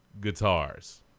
guitars